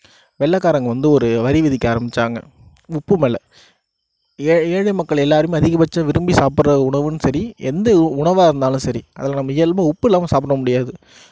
வெள்ளைக்காரங்க வந்து ஒரு வரி விதிக்க ஆரம்பித்தாங்க உப்பு மேல் ஏழை மக்கள் எல்லாருமே அதிக பட்சம் விரும்பி சாப்பிடுற உணவும் சரி எந்த உணவாக இருந்தாலும் சரி அதில் நம்ம இயல்பாக உப்பு இல்லாமல் சாப்பிட முடியாது